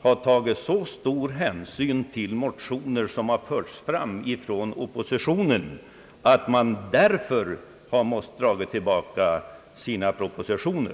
har tagit så stor hänsyn till motioner som har förts fram från oppositionen, att man sett sig nödsakad att ta tillbaka sina propositioner?